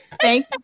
Thank